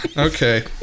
Okay